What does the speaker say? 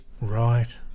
Right